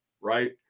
Right